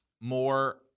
more